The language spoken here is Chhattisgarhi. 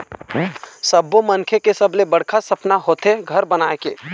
सब्बो मनखे के सबले बड़का सपना होथे घर बनाए के